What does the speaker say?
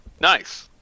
Nice